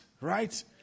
right